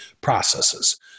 processes